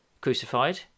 crucified